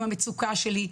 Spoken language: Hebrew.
עם המצוקה שלי.